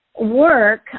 work